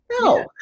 No